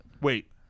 Wait